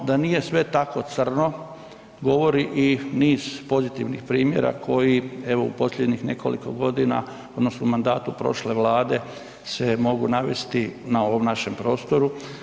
No, da nije sve tako crno govori i niz pozitivnih primjera koji evo u posljednjih nekoliko godina odnosno u mandatu prošle vlade se mogu navesti na ovom našem prostoru.